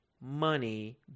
money